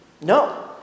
No